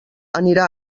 anirà